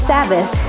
Sabbath